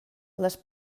les